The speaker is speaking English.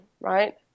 right